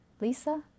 Lisa